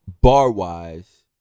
bar-wise